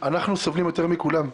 אנחנו סובלים יותר מכולם.